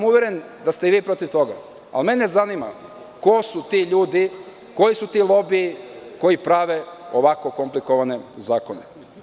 Uveren sam da ste i vi protiv toga ali mene zanima ko su ti ljudi, koji su to lobiji koji prave ovako komplikovane zakone.